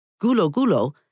gulo-gulo